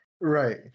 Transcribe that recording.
Right